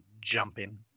jumping